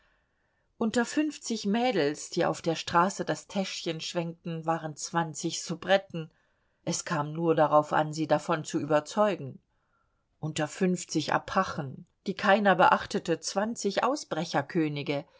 unter fünfzig mädels die auf der straße das täschchen schwenkten waren zwanzig soubretten es kam nur darauf an sie davon zu überzeugen unter fünfzig apachen die keiner beachtete zwanzig